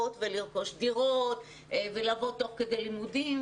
ולרכוש דירות ולעבוד תוך כדי לימודים,